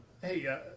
Hey